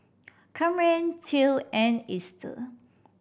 Camren Theo and Ester